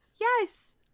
Yes